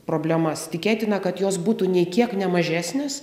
problemas tikėtina kad jos būtų nė kiek ne mažesnės